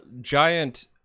giant